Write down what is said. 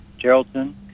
Geraldton